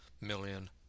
million